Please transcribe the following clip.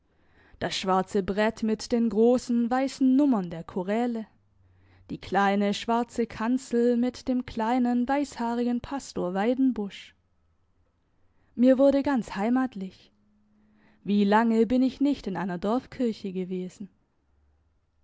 das schwarze brett mit den grossen weissen nummern der choräle die kleine schwarze kanzel mit dem kleinen weisshaarigen pastor weidenbusch mir wurde ganz heimatlich wie lange bin ich nicht in einer dorfkirche gewesen